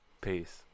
Peace